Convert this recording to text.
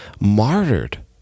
martyred